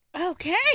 Okay